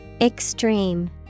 Extreme